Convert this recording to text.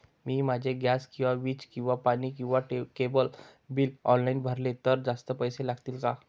मी माझे गॅस किंवा वीज किंवा पाणी किंवा केबल बिल ऑनलाईन भरले तर जास्त पैसे लागतील का?